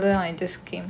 ya